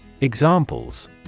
examples